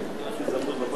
בסדר-היום של הכנסת נתקבלה.